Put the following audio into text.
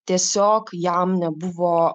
tiesiog jam nebuvo